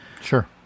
Sure